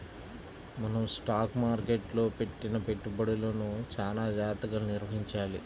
మనం స్టాక్ మార్కెట్టులో పెట్టిన పెట్టుబడులను చానా జాగర్తగా నిర్వహించాలి